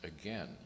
again